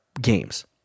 games